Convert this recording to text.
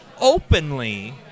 openly